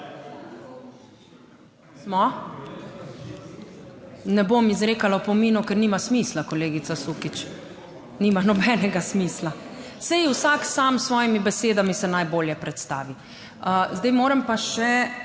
Ne bom izrekala opominov, ker nima smisla, kolegica Sukič, nima nobenega smisla. Saj vsak sam s svojimi besedami se najbolje predstavi. Zdaj moram pa še